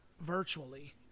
virtually